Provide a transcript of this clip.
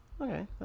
Okay